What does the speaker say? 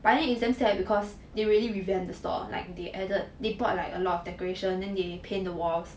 but then it's damn sad because they really revamp the store like they added they bought like a lot of decoration then they paint the walls